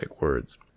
words